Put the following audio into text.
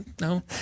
no